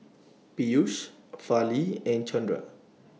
Peyush Fali and Chandra